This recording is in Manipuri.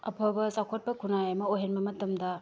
ꯑꯐꯕ ꯆꯥꯎꯈꯠꯄ ꯈꯨꯟꯅꯥꯏ ꯑꯃ ꯑꯣꯏꯍꯟꯕ ꯃꯇꯝꯗ